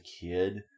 kid